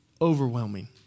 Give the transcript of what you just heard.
Overwhelming